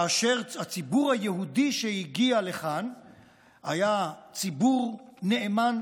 והציבור היהודי שהגיע לכאן היה ציבור נאמן,